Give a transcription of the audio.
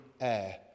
air